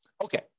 Okay